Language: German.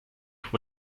wurde